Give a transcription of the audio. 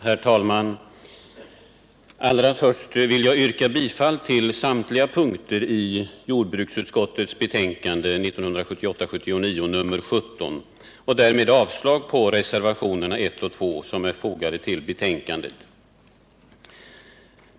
Herr talman! Allra först vill jag yrka bifall till samtliga punkter i hemställan i jordbruksutskottets betänkande 1978/79:17 och därmed avslag på reservationerna 1 och 2, som är fogade till betänkandet.